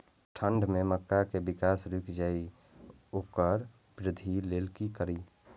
ठंढ में मक्का पौधा के विकास रूक जाय इ वोकर वृद्धि लेल कि करी?